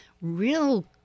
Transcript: real